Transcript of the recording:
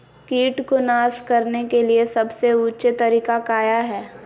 किट को नास करने के लिए सबसे ऊंचे तरीका काया है?